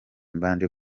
mbanje